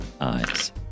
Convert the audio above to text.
eyes